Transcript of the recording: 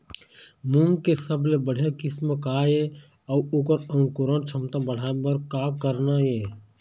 मूंग के सबले बढ़िया किस्म का ये अऊ ओकर अंकुरण क्षमता बढ़ाये बर का करना ये?